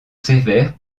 sévère